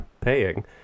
paying